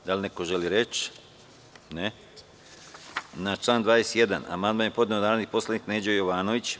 Da li neko želi reč? (Ne) Na član 21. amandman je podneo narodni poslanik Neđo Jovanović.